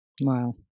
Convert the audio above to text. Wow